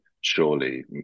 surely